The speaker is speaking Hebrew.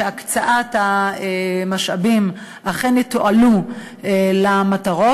שהקצאת המשאבים אכן תתועל למטרות?